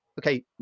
okay